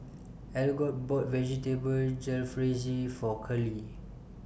Algot bought Vegetable Jalfrezi For Curley